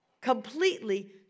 completely